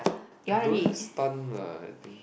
I don't have stun lah I think